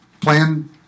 plan